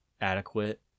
adequate